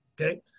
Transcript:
okay